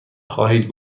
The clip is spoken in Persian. خواهید